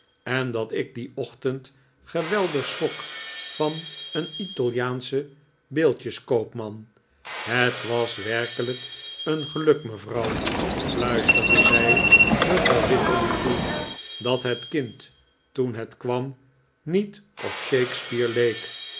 en dat ik dien ochtend geweldig schrok van een italiaanschen beeldjeskoopman het was werkelijk een geluk mevrouw fluisterde zij mevrouw wititterly toe dat het kind toen het kwam niet op shakespeare